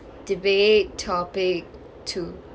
debate topic two